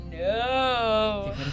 no